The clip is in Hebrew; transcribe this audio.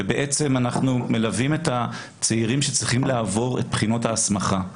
ואנחנו מלווים את הצעירים שצריכים לעבור את בחינות ההסמכה.